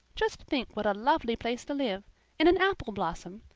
just think what a lovely place to live in an apple blossom!